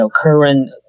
current